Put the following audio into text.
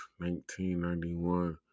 1991